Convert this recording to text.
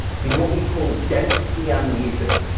he's what we call densely amnesic.